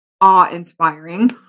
awe-inspiring